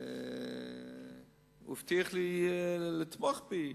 הוא הבטיח לתמוך בי,